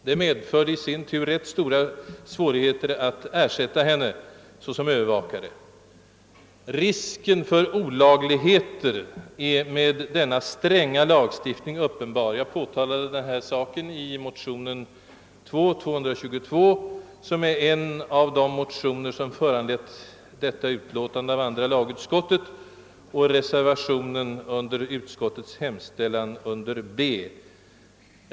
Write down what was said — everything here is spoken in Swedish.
Det medförde i sin tur ganska stora svårigheter att ersätta henne såsom övervakare. Risken för olagligheter är med denna stränga lagstiftning uppenbar. Jag påtalade denna sak i motionen II: 222, som är en av de motioner som föranlett detta utlåtande av andra lagutskottet och reservationen under utskottets hemställan under B.